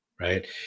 right